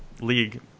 League